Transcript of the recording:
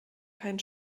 kein